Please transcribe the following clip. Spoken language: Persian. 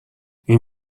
این